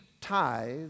tithes